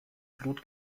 blut